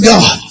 God